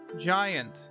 giant